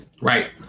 right